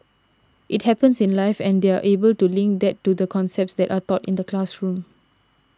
it happens in life and they're able to link that to the concepts that are taught in the classroom